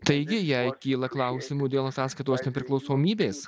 taigi jei kyla klausimų dėl sąskaitos nepriklausomybės